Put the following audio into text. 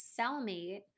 cellmate